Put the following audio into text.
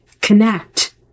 connect